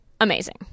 amazing